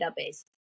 database